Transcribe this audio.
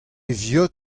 viot